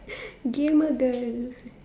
gamer girl